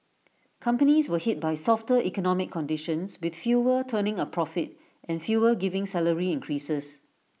companies were hit by softer economic conditions with fewer turning A profit and fewer giving salary increases